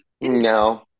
no